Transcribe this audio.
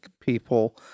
people